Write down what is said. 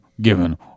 given